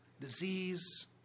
disease